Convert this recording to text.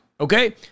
Okay